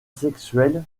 sexuel